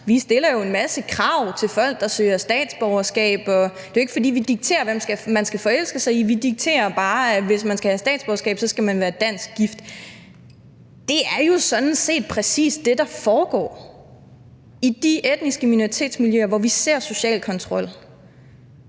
vi stiller en masse krav til folk, der søger statsborgerskab, og det er jo ikke, fordi vi dikterer, hvem man skal forelske se i; vi dikterer bare, at hvis man skal have statsborgerskab, skal man være dansk gift. Det er jo sådan set præcis det, der foregår i de etniske minoritetsmiljøer, hvor vi ser social kontrol.